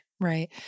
Right